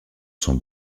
sont